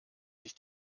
sich